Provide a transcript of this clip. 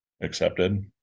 accepted